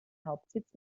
hauptsitz